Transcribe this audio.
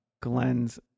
Glenn's